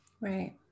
Right